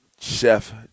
Chef